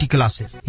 Classes